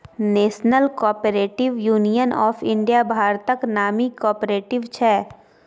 national cooperative union of India भारतक नामी cooperative छै